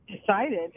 decided